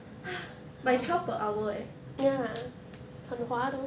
but it's twelve per hour eh